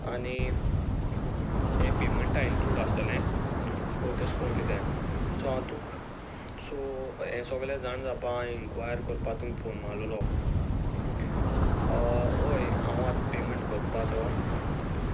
आनी हें पेमेंटा इन्क्लूड आसतलें तेशें को कितें सो हांव तुका सो हें सगलें जाण जावपा हांव इनक्वायर करपा तुमक फोन मारलोलो हय हांव आतां पेमेंट कोत्पाचो